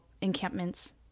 encampments